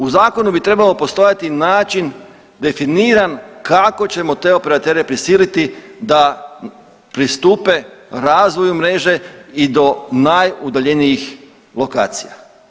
U zakonu bi trebalo postojati način definiran kako ćemo te operatere prisiliti da pristupe razvoju mreže i do najudaljenijih lokacija.